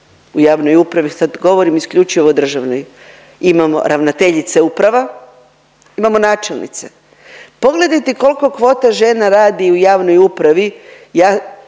u javnoj upravi, sad govorim isključivo o državnoj. Imamo ravnateljice uprave, imamo načelnice. Pogledajte koliko kvota žena radi u javnoj upravi ja